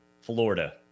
Florida